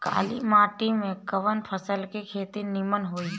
काली माटी में कवन फसल के खेती नीमन होई?